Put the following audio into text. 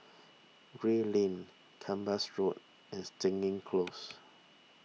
Gray Lane Kempas Road and Stangee Close